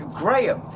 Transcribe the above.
graham,